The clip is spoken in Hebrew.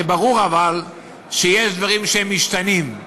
ברור שיש דברים שהם משתנים,